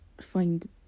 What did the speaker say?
find